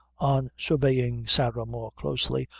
on surveying sarah more closely,